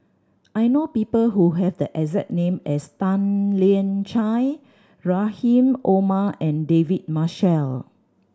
I know people who have the exact name as Tan Lian Chye Rahim Omar and David Marshall